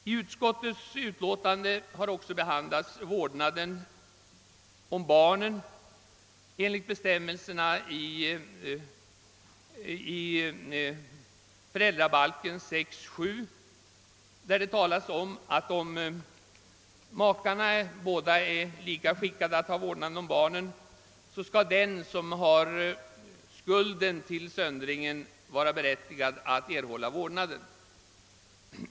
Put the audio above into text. I utskottets utlåtande har också vårdnaden om barnen behandlats. Enligt bestämmelserna i 6 kap. 7 8 föräldrabalken skall, om båda makarna är lika skickade att ha vårdnaden om barnen, den som inte har skulden till söndringen vara berättigad att erhålla vårdnaden.